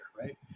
right